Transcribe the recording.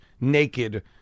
naked